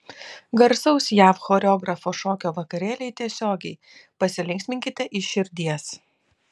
garsaus jav choreografo šokio vakarėliai tiesiogiai pasilinksminkite iš širdies